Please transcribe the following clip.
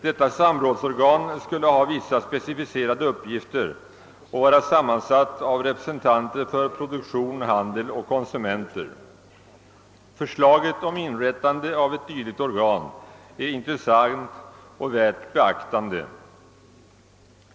Detta samrådsorgan skulle ha vissa specificerade uppgifter och vara sammansatt av representanter för produktion, handel och konsumenter. Förslaget om inrättandet av ett dylikt organ är intressant och värt att beakta.